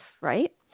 right